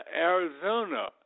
Arizona